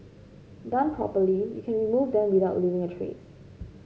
done properly you can remove them without leaving a trace